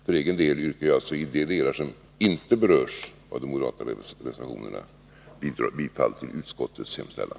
För egen del yrkar jag i de delar som inte berörs av de moderata reservationerna bifall till utskottets hemställan.